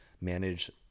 manage